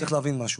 צריך להבין משהו: